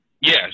yes